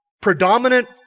predominant